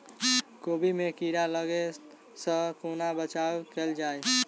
कोबी मे कीड़ा लागै सअ कोना बचाऊ कैल जाएँ?